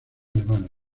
alemana